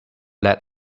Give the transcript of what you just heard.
led